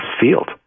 field